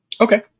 Okay